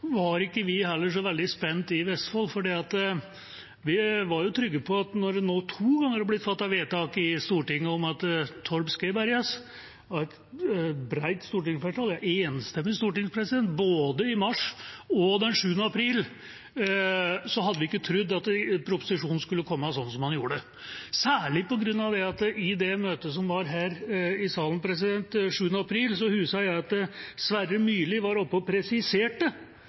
nå to ganger har blitt fattet vedtak i Stortinget om at Torp skal berges – det var et bredt stortingsflertall, et enstemmig storting – både i mars og den 7. april, så hadde vi ikke trodd at proposisjonen skulle komme slik den gjorde. I det møtet som var her i salen 7. april, husker jeg at Sverre Myrli var oppe og presiserte i et innlegg, som alle i komiteen for øvrig nikket til, at formuleringen som sto i innstillinga den gangen, også var ment å skulle dekke Torp. Det